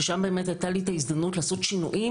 ששם באמת הייתה לי ההזדמנות לעשות שינויים,